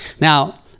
Now